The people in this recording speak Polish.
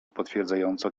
potwierdzająco